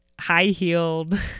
high-heeled